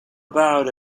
about